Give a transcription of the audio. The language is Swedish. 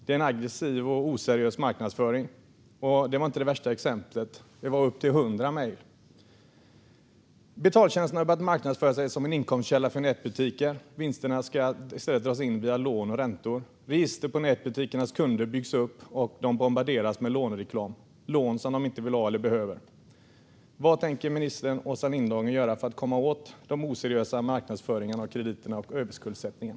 Det är en aggressiv och oseriös marknadsföring. Och det var inte det värsta exemplet. En del personer hade fått upp till 100 mejl. Betaltjänsterna har börjat marknadsföra sig som en inkomstkälla för nätbutiker. Vinsterna ska i stället dras in via lån och räntor. Register över nätbutikernas kunder byggs upp, och kunderna bombarderas med lånereklam - lån som de inte vill ha eller behöver. Vad tänker Åsa Lindhagen göra för att komma åt den oseriösa marknadsföringen, krediterna och överskuldsättningen?